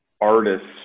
artists